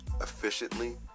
efficiently